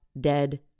dead